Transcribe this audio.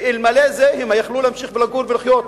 ואלמלא זה הם יכלו להמשיך לגור ולחיות,